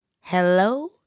Hello